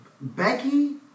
Becky